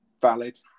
valid